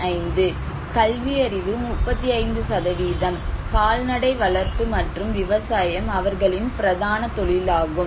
5 கல்வியறிவு 35 கால்நடை வளர்ப்பு மற்றும் விவசாயம் அவர்களின் பிரதான தொழில் ஆகும்